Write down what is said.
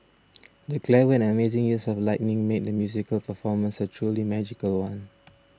the clever and amazing use of lighting made the musical performance a truly magical one